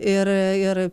ir ir